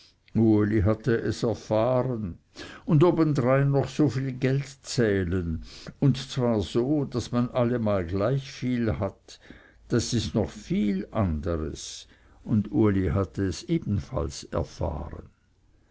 hatte es erfahren und obendrein noch so viel geld zählen und zwar so daß man allemal gleichviel hat das ist noch was viel anderes und uli hatte es ebenfalls erfahren